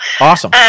Awesome